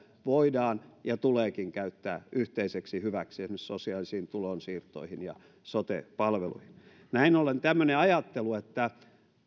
voidaan ja tuleekin käyttää yhteiseksi hyväksi esimerkiksi sosiaalisiin tulonsiirtoihin ja sote palveluihin näin ollen tämmöinen ajattelu että